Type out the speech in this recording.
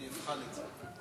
אני אבחן את זה.